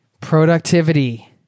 Productivity